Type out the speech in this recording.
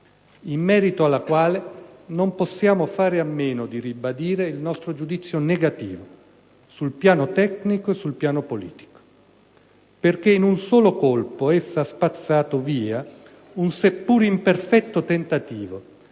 in merito alla quale non possiamo fare a meno di ribadire il nostro giudizio negativo, sul piano tecnico e sul piano politico. Perché in un solo colpo essa ha spazzato via un seppur imperfetto tentativo